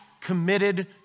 committed